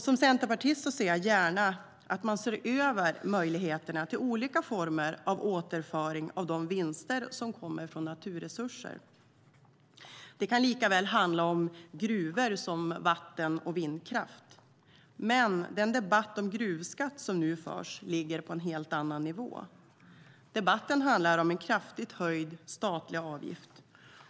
Som centerpartist ser jag gärna att man ser över möjligheterna till olika former av återföring av de vinster som kommer från naturresurser. Det kan likaväl handla om gruvor som om vatten och vindkraft, men den debatt om gruvskatt som nu förs ligger på en helt annan nivå. Debatten handlar om en kraftigt höjd statlig avgift.